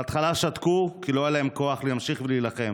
בהתחלה שתקו כי לא היה להם כוח להמשיך להילחם,